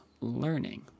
learning